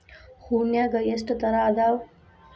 ಹೂನ್ಯಾಗ ಎಷ್ಟ ತರಾ ಅದಾವ್?